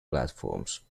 platforms